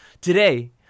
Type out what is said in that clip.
Today